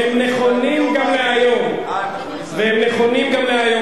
והם נכונים גם להיום, אה, הם נכונים גם להיום.